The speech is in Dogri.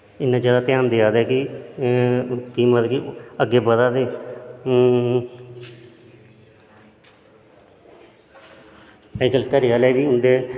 इन्ना जैदा ध्यान देआ कि मतलब कि अग्गें बधा दे अजकल्ल घरे आह्ले बी उं'दे